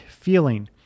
feeling